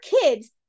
kids